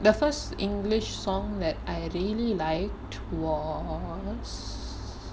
the first english song that I really liked was